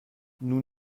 nous